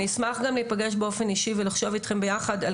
אני אשמח גם להיפגש באופן אישי ולחשוב איתכם ביחד,